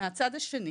מהצד שני,